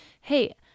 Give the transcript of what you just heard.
hey